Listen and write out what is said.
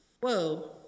Whoa